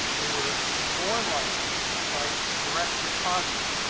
they were more likely to cite direct deposit